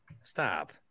Stop